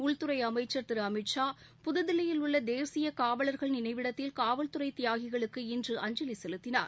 உள்துறை அமைச்சர் திரு அமித்ஷா புதுதில்லியில் உள்ள தேசிய காவலர்கள் நினைவிடத்தில் காவல்துறை தியாகிகளுக்கு இன்று அஞ்சலி செலுத்தினார்